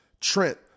Trent